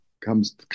Comes